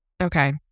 Okay